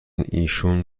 ایشون